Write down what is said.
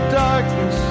darkness